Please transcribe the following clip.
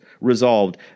resolved